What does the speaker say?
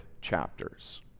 chapters